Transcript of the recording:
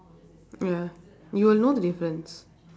ya you will know the difference